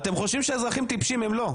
אתם חושבים שהאזרחים הם טיפשים אבל הם לא.